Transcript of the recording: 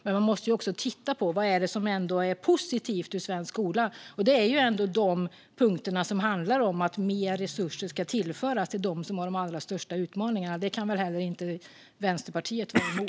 Men man måste också titta på vad det är som är positivt för svensk skola. Och det är de punkter som handlar om att mer resurser ska tillföras till dem som har de allra största utmaningarna. Det kan väl inte Vänsterpartiet vara emot?